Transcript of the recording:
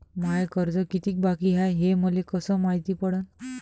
माय कर्ज कितीक बाकी हाय, हे मले कस मायती पडन?